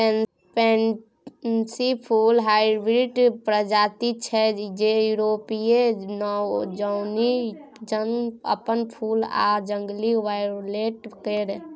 pansy फुल hybrid प्रजाति छै जे युरोपीय जौनी जंप अप फुल आ जंगली वायोलेट केर